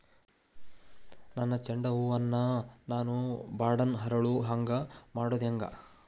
ನನ್ನ ಚಂಡ ಹೂ ಅನ್ನ ನಾನು ಬಡಾನ್ ಅರಳು ಹಾಂಗ ಮಾಡೋದು ಹ್ಯಾಂಗ್?